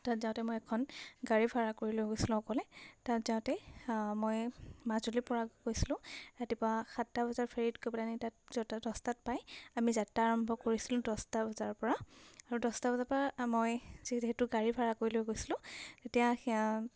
তাত যাওঁতে মই এখন গাড়ী ভাড়া কৰি লৈ গৈছিলোঁ অকলে তাত যাওঁতে মই মাজুলীৰপৰা গৈছিলোঁ ৰাতিপুৱা সাতটা বজাৰ ফেৰিত গৈ পেলাহেনি তাত যাতে দহটাত পাই আমি যাত্ৰা আৰম্ভ কৰিছিলোঁ দহটা বজাৰপৰা আৰু দহটা বজাৰপৰা মই যিহেতু গাড়ী ভাড়া কৰি লৈ গৈছিলোঁ তেতিয়া